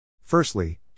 Firstly